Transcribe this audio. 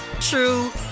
true